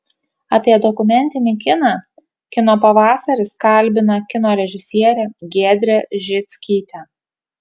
apie dokumentinį kiną kino pavasaris kalbina kino režisierę giedrę žickytę